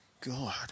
God